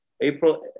April